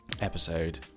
episode